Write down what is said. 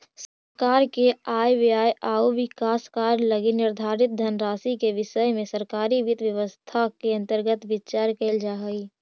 सरकार के आय व्यय आउ विकास कार्य लगी निर्धारित धनराशि के विषय में सरकारी वित्त व्यवस्था के अंतर्गत विचार कैल जा हइ